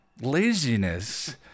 Laziness